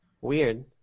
Weird